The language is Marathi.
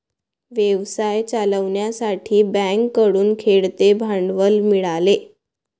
व्यवसाय चालवण्यासाठी बँकेकडून खेळते भांडवल मिळाले